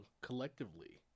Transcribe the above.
collectively